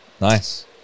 Nice